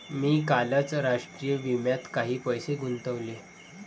मी कालच राष्ट्रीय विम्यात काही पैसे गुंतवले